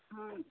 ಹಾಂ